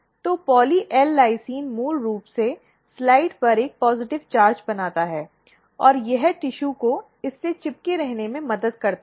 तो poly L lysine मूल रूप से स्लाइड पर एक पॉजिटिव चार्ज बनाता है और यह ऊतक को इससे चिपके रहने में मदद करता है